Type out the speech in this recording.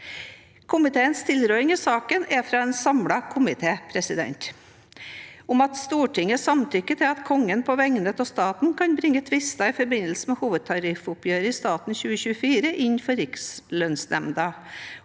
Komiteens tilråding i saken er fra en samlet komité, om at – Stortinget samtykker i at Kongen på vegne av staten kan bringe tvister i forbindelse med hovedtariffoppgjøret i staten 2024 inn for Rikslønnsnemnda